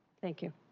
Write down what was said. thank you.